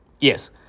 Yes